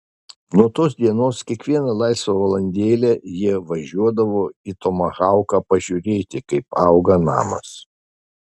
nuo tos dienos kiekvieną laisvą valandėlę jie važiuodavo į tomahauką pažiūrėti kaip auga namas